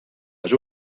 les